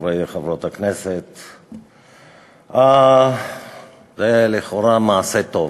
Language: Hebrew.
חברות וחברי הכנסת, זה לכאורה מעשה טוב,